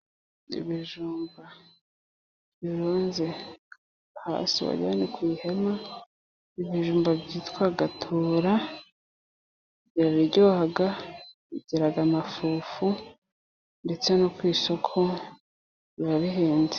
Ibijumba birunze hasi wagira ngo ni ku ihema, ibijumba byitwaga tura biraryoha, bigira amafufu, ndetse no ku isoko biba bihenze.